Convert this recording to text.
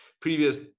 previous